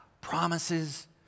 promises